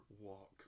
walk